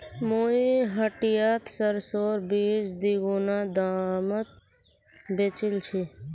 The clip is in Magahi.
मुई हटियात सरसोर बीज दीगुना दामत बेचील छि